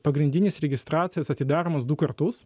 pagrindinės registracijos atidaromos du kartus